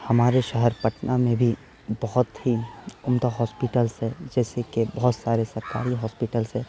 ہمارے شہر پٹنہ میں بھی بہت ہی عمدہ ہاسپٹلس ہے جیسے کہ بہت سارے سرکاری ہاسپٹلس ہے